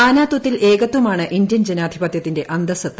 നാനാത്വത്തിൽ ഏകത്വമാണ് ഇന്ത്യൻ ജനാധിപത്യത്തിന്റെ അന്തഃസത്ത